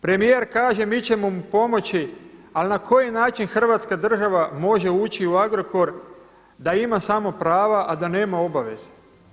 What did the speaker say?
Premijer kaže mi ćemo mu pomoći, ali na koji način Hrvatska država može ući u Agrokor da ima samo prava, a da ne nema obaveze?